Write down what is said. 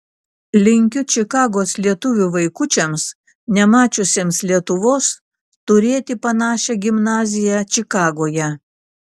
linkiu čikagos lietuvių vaikučiams nemačiusiems lietuvos turėti panašią gimnaziją čikagoje